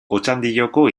otxandioko